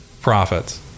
profits